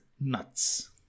nuts